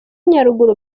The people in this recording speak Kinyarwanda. nyaruguru